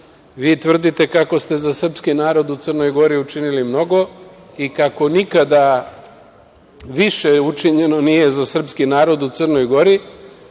tvrdite kako ste za srpski narod u Crnoj Gori učinili mnogo i kako nikada više učinjeno nije za srpski narod u Crnoj Gori,